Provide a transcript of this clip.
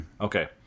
okay